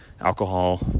alcohol